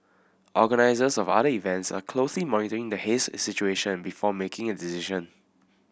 organisers of other events are closely monitoring the haze situation before making a decision